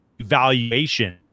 valuation